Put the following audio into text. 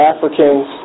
Africans